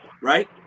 right